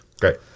Great